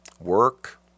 Work